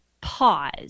pause